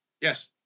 Yes